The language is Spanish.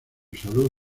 salud